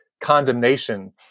condemnation